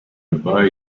boy